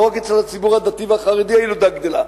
לא רק אצל הציבור הדתי והחרדי הילודה גדלה,